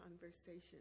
conversation